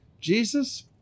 Jesus